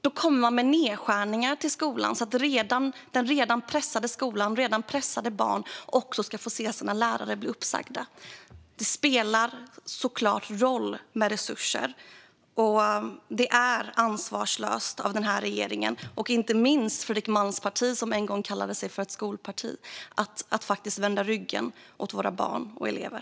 Då kommer regeringen med nedskärningar till den redan pressade skolan. Redan pressade barn ska också få se sina lärare bli uppsagda. Det spelar så klart roll med resurser. Det är ansvarslöst av den här regeringen och inte minst av Fredrik Malms parti, som en gång kallade sig för ett skolparti, att vända ryggen åt våra barn och elever.